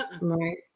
right